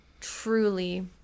truly